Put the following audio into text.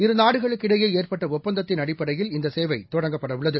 இருநாடுகளுக்கு இடையேஏற்பட்டஒப்பந்தத்தின் அடிப்படையில் இந்தசேவைதொடங்கப்படவுள்ளது